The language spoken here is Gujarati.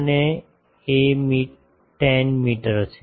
અને એ 10 મીટર છે